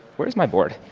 where is my board?